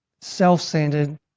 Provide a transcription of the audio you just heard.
self-centered